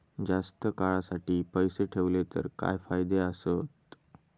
जास्त काळासाठी पैसे ठेवले तर काय फायदे आसत?